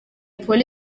polly